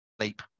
sleep